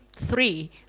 three